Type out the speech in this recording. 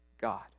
God